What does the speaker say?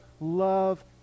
love